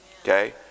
Okay